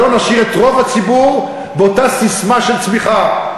ולא נשאיר את רוב הציבור באותה ססמה של צמיחה.